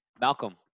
Malcolm